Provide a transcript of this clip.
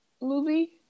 movie